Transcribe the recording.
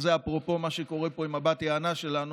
וזה אפרופו מה שקורה פה עם בת היענה שלנו,